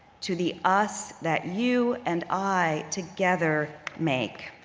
to the us that you and i together make.